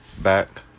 back